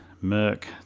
Merc